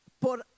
por